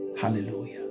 Hallelujah